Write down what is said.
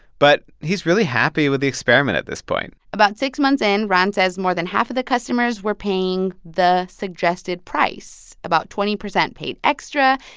but he's really happy with the experiment at this point about six months in, ron says more than half of the customers were paying the suggested price. about twenty percent paid extra.